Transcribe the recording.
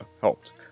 helped